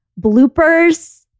bloopers